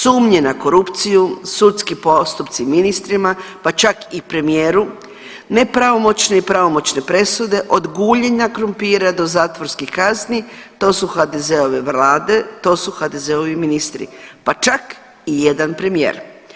Sumnje na korupciju, sudski postupci ministrima, pa čak i premijeru, nepravomoćni i pravomoćne presude od guljenja krumpira do zatvorskih kazni, to su HDZ-ove Vlade, to su HDZ-ovi ministri pa čak i jedan premijer.